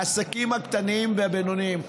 העסקים הקטנים והבינוניים,